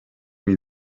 mean